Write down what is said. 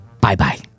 bye-bye